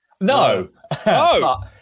no